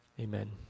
Amen